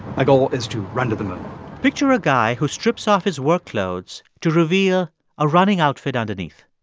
goal is to run to the moon picture a guy who strips off his work clothes to reveal a running outfit underneath.